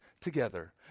together